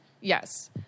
Yes